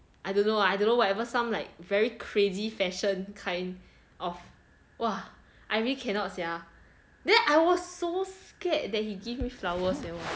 I don't know I don't know whatever some like very crazy fashion kind of !wah! I really cannot sia then I was so scared that he give me flowers eh !wah!